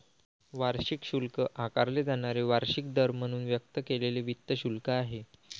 वार्षिक शुल्क आकारले जाणारे वार्षिक दर म्हणून व्यक्त केलेले वित्त शुल्क आहे